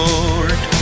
Lord